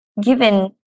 given